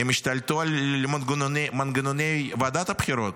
הם ישתלטו על מנגנוני ועדת הבחירות.